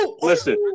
Listen